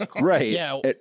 Right